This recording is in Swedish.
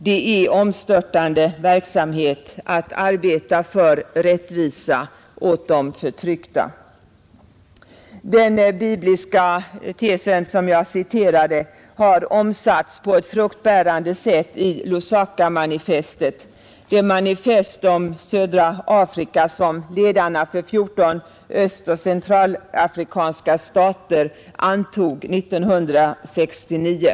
Det är omstörtande verksamhet att arbeta för rättvisa åt de förtryckta. Den bibliska tes som jag citerade har omsatts på ett fruktbärande sätt i Lusakamanifestet — det manifest om södra Afrika som ledarna för 14 östoch centralafrikanska stater antog 1969.